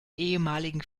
ehemaligen